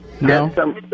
No